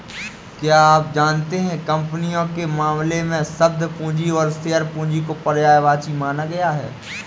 क्या आप जानते है कंपनियों के मामले में, शब्द पूंजी और शेयर पूंजी को पर्यायवाची माना गया है?